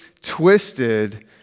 twisted